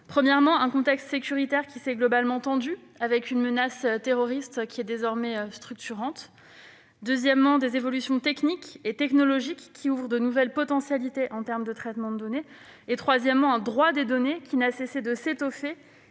Premièrement, un contexte sécuritaire qui s'est globalement tendu, avec une menace terroriste désormais structurante. Deuxièmement, des évolutions techniques et technologiques qui ouvrent de nouvelles potentialités de traitement des données. Troisièmement, un droit des données qui n'a cessé de s'étoffer